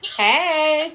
hey